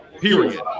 Period